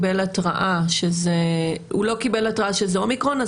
הוא לא קיבל התראה שזה אומיקרון,